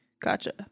Gotcha